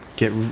get